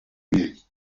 mairie